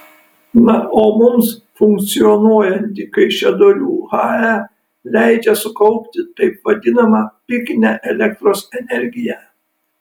na o mums funkcionuojanti kaišiadorių hae leidžia sukaupti taip vadinamą pikinę elektros energiją